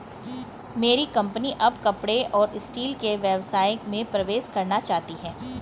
मेरी कंपनी अब कपड़े और स्टील के व्यवसाय में प्रवेश करना चाहती है